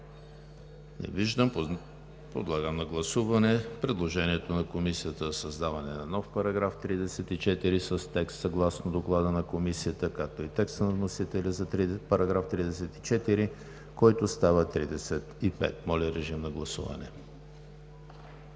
Не виждам. Подлагам на гласуване предложението на Комисията за създаване на нов § 34 с текст съгласно Доклада на Комисията, както и текста на вносителя за § 34, който става 35. Гласували